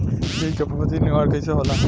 बीज के फफूंदी निवारण कईसे होला?